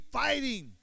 fighting